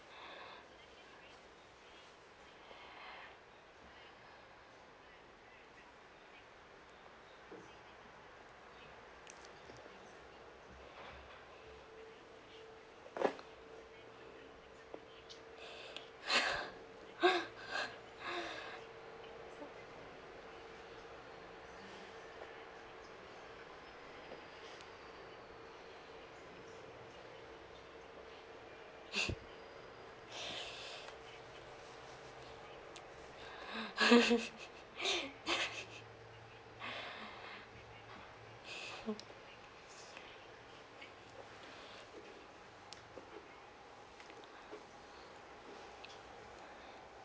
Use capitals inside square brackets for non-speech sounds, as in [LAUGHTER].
[LAUGHS] [BREATH] [LAUGHS]